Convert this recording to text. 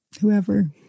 whoever